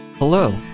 Hello